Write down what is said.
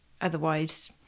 otherwise